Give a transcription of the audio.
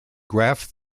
graph